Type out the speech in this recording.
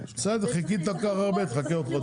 בסדר, חיכית כל כך הרבה, תחכה עוד חודש.